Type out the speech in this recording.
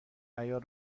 عیار